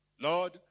Lord